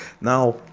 Now